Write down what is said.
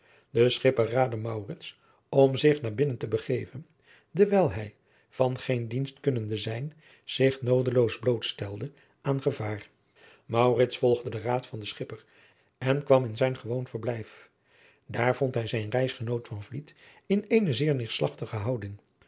de schipper raadde maurits om zich naar binnen te begeven dewijl hij van geen dienst kunnende zijn zich noodeloos blootstelde aan gevaar maurits volgde den raad van den schipper en kwam in zijn gewoon verblijf daar vond hij zijn reisgenoot van vliet in eene zeer neerslagtige houding